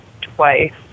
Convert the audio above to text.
twice